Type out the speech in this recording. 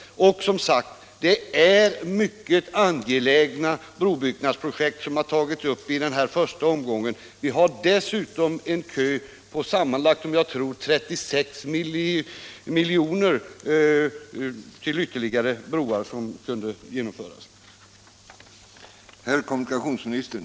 Det är som sagt mycket angelägna brobyggnadsprojekt som tagits upp i vägverkets förslag i denna första omgång. Därutöver finns en ”kö” på ytterligare broar, till en sammanlagd kostnad av jag tror 36 miljoner, som också skulle kunna påbörjas.